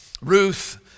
Ruth